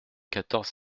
quatorze